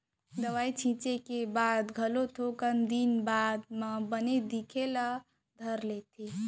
दवई छींचे के बाद घलो थोकन दिन बाद म बन दिखे ल धर लेथे